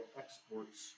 exports